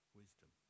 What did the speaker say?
wisdom